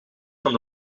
van